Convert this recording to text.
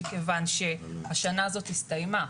מכיוון שהשנה הזאת הסתיימה.